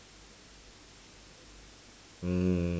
mm